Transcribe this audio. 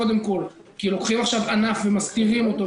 כי לוקחים ענף ומסדירים אותו.